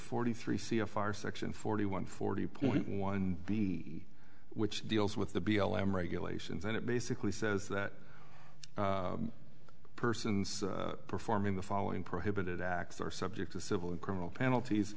forty three c f r section forty one forty point one which deals with the b l m regulations and it basically says that persons performing the following prohibited acts are subject to civil and criminal penalties